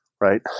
Right